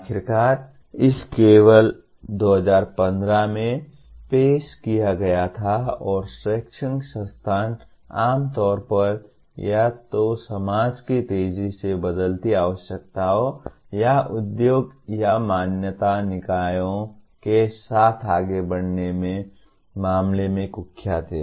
आखिरकार इसे केवल 2015 में पेश किया गया था और शैक्षणिक संस्थान आम तौर पर या तो समाज की तेजी से बदलती आवश्यकताओं या उद्योग या मान्यता निकायों के साथ आगे बढ़ने के मामले में कुख्यात हैं